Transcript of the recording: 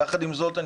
יחד עם זאת,